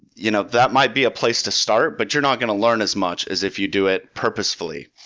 you know that might be a place to start, but you're not going to learn as much as if you do it purposefully.